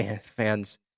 Fans